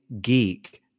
geek